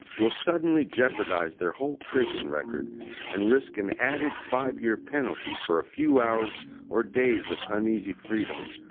will suddenly jeopardize their whole prison record and risk an added five year penalty for a few hours or days of uneasy freedom,